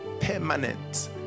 permanent